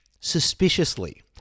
suspiciously